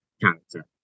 character